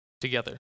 together